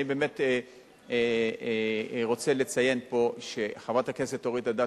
אני באמת רוצה לציין פה שחברת הכנסת אורית אדטו,